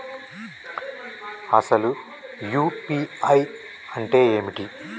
అసలు యూ.పీ.ఐ అంటే ఏమిటి?